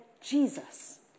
Jesus